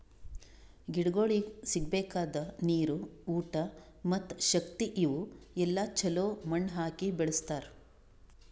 ಗಿಡಗೊಳಿಗ್ ಸಿಗಬೇಕಾದ ನೀರು, ಊಟ ಮತ್ತ ಶಕ್ತಿ ಇವು ಎಲ್ಲಾ ಛಲೋ ಮಣ್ಣು ಹಾಕಿ ಬೆಳಸ್ತಾರ್